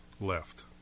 left